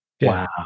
wow